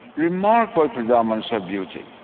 remarkable predominance of beauty,